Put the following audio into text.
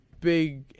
big